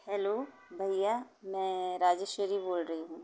hello भैया मैं राजेश्वरी बोल रही हूँ